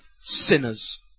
sinners